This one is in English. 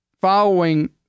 following